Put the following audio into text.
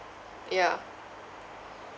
yeah